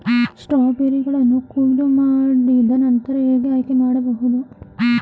ಸ್ಟ್ರಾಬೆರಿಗಳನ್ನು ಕೊಯ್ಲು ಮಾಡಿದ ನಂತರ ಹೇಗೆ ಆಯ್ಕೆ ಮಾಡಬಹುದು?